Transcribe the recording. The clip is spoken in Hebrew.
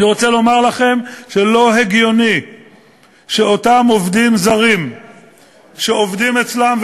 אני רוצה לומר לכם שלא הגיוני שאותם עובדים זרים שעובדים אצלם,